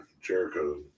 Jericho